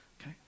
okay